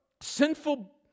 sinful